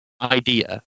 idea